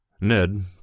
Ned